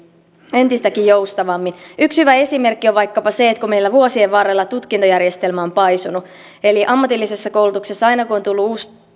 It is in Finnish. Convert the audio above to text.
entistäkin joustavammin yksi hyvä esimerkki on vaikkapa se että kun meillä vuosien varrella tutkintojärjestelmä on paisunut eli ammatillisessa koulutuksessa aina kun on tullut uusi